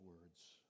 words